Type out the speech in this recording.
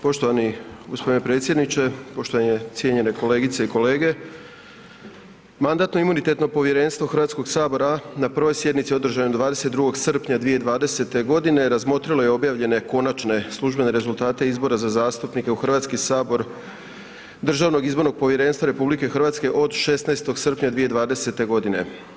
Poštovani gospodine predsjedniče, poštovani, cijenjene kolegice i kolege, Mandatno-imunitetno povjerenstvo Hrvatskog sabora na prvoj sjednici održanoj 22. srpnja 2020. godine razmotrilo je objavljenje konačne službene rezultate izbora za zastupnike u Hrvatski sabor Državnog izbornog povjerenstva RH od 16. srpnja 2020. godine.